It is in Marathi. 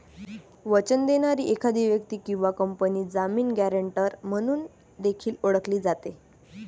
वचन देणारी एखादी व्यक्ती किंवा कंपनी जामीन, गॅरेंटर म्हणून देखील ओळखली जाते